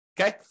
Okay